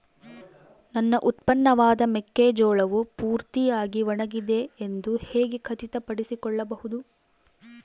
ನನ್ನ ಉತ್ಪನ್ನವಾದ ಮೆಕ್ಕೆಜೋಳವು ಪೂರ್ತಿಯಾಗಿ ಒಣಗಿದೆ ಎಂದು ಹೇಗೆ ಖಚಿತಪಡಿಸಿಕೊಳ್ಳಬಹುದು?